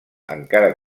encara